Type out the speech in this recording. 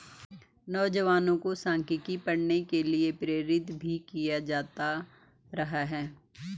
नौजवानों को सांख्यिकी पढ़ने के लिये प्रेरित भी किया जाता रहा है